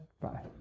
bye